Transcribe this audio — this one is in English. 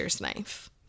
knife